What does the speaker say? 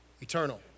Eternal